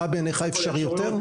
מה בעיניך אפשרי יותר?